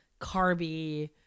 carby